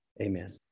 amen